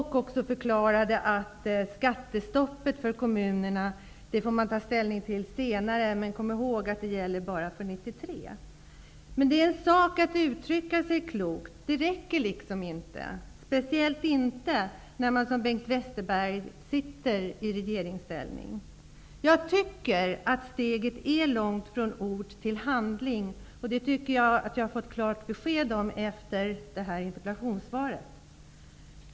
Han förklarade också att skattestoppet för kommunerna är en fråga som man senare får ta ställning till. Men kom ihåg, sade han, att det bara gäller för 1993. Det är en sak att uttrycka sig klokt. Men det räcker inte, speciellt inte när man, som Bengt Westerberg gör, är i regeringsställning. Jag tycker att steget från ord till handling är långt. Det tycker jag att jag fått klart belägg för i och med det här interpellationssvaret.